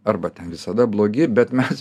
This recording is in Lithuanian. arba ten visada blogi bet mes